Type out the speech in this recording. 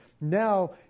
now